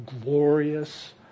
glorious